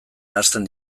nahasten